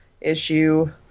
issue